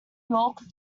york